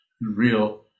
Real